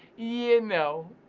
yea. no.